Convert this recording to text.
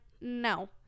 no